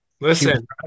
Listen